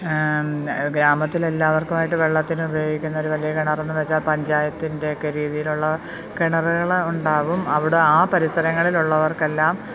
ഗ്രാമത്തിലെ എല്ലാവർക്കുമായിട്ട് വെള്ളത്തിന് ഉപയോഗിക്കുന്നൊരു വലിയ കിണറെന്നുവെച്ചാൽ പഞ്ചായത്തിൻ്റെയൊക്കെ രീതിയിലുള്ള കിണറുകളുണ്ടാകും അവിടെ ആ പരിസരങ്ങളിലുള്ളവർക്കെല്ലാം